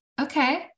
okay